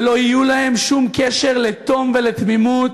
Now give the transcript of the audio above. ולא יהיה להם, שום קשר לתום ולתמימות,